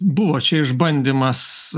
buvo čia išbandymas